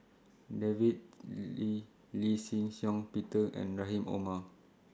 Davies Lee Lee Shih Shiong Peter and Rahim Omar